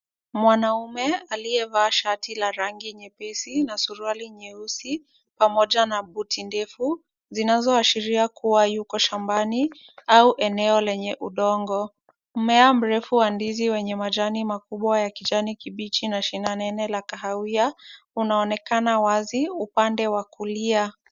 Mwanaume aliyevaa shati la rangi nyepesi na suruali nyeusi pamoja na buti ndefu, zinazoashiria kuwa yuko shambani au eneo lenye udongo. Mmea mrefu wa ndizi wenye majani makubwa ya kijani kibichi na shina nene la kahawia, unaonekana wazi upande wa kulia.